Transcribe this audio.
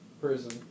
prison